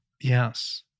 Yes